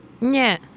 Nie